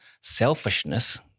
selfishness